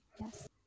yes